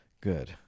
Good